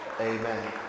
Amen